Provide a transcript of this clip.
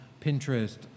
Pinterest